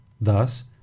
thus